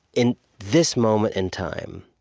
in this moment in time,